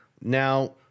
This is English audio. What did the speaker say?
now